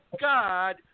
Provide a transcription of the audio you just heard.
God